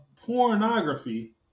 pornography